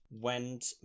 went